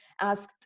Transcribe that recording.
asked